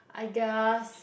I guess